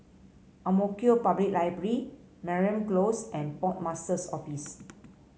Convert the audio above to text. Ang Mo Kio Public Library Mariam Close and Port Master's Office